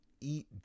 eat